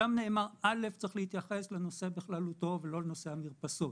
שם נאמר שצריך להתייחס לנושא בכללותו ולא לנושא המרפסות.